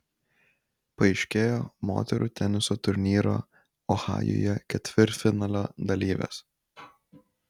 paaiškėjo moterų teniso turnyro ohajuje ketvirtfinalio dalyvės